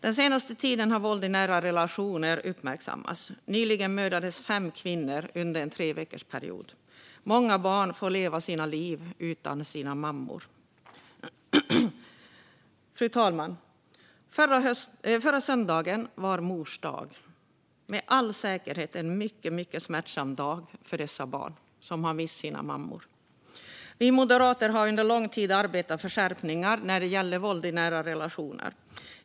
Den senaste tiden har våld i nära relationer uppmärksammats. Nyligen mördades fem kvinnor under en treveckorsperiod. Många barn får leva sina liv utan sin mamma. Förra söndagen var det mors dag, fru talman - med all säkerhet en mycket smärtsam dag för de barn som har mist sina mammor. Vi moderater har under lång tid arbetat för skärpningar när det gäller våld i nära relationer.